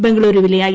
ബംഗളൂരുവിലെ ഐ